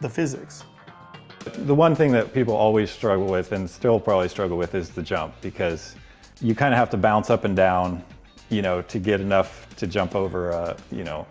the physics. alex the one thing that people always struggle with, and still probably struggle with, is the jump, because you kind of have to bounce up and down you know, to get enough to jump over a, you know,